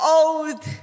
old